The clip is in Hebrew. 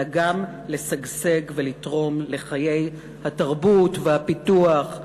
וגם לשגשג ולתרום לחיי התרבות והפיתוח,